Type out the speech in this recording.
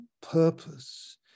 purpose